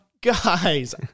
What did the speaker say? guys